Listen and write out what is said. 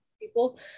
People